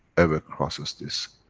ever crosses this.